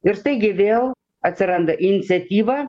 ir taigi vėl atsiranda iniciatyva